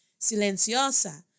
silenciosa